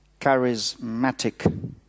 charismatic